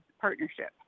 partnership